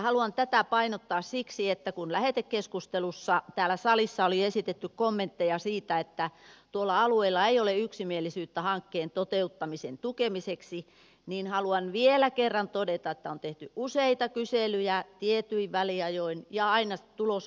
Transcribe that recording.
haluan tätä painottaa siksi että kun lähetekeskustelussa täällä salissa oli esitetty kommentteja siitä että tuolla alueella ei ole yksimielisyyttä hankkeen toteuttamisen tukemiseksi niin haluan vielä kerran todeta että on tehty useita kyselyjä tietyin väliajoin ja aina tulos on ollut sama